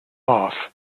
off